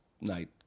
night